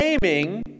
claiming